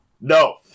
No